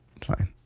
Fine